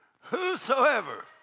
whosoever